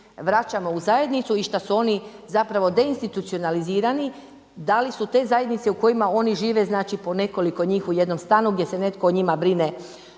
vraćamo u zajednicu i što su oni zapravo deinstitucionirani. Da li su te zajednice u kojima oni žive znači po nekoliko njih u jednom stanu gdje se netko o njima brine